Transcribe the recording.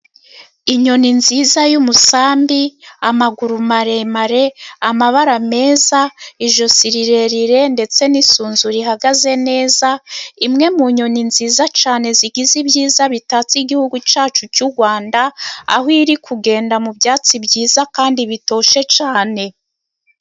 Inyoni nziza y'umusambi, amaguru maremare, amabara meza, ijosi rirerire, ndetse n'isunzu rihagaze neza, imwe mu nyoni nziza cyane, zigize ibyiza bitatse igihugu cyacu cy'u Rwanda, aho iri kugenda mu byatsi byiza, kandi bitoshye cyane.